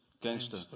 Gangster